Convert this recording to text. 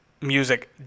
music